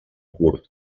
curt